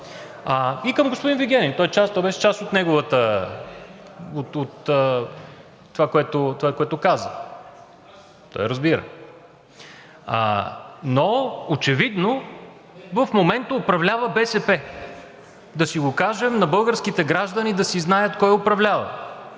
И към господин Вигенин. Беше част от това, което каза, и той разбира. Но очевидно в момента управлява БСП – да си го кажем на българските граждани да си знаят кой управлява.